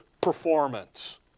performance